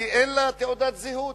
כי אין לה תעודת זהות,